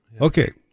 Okay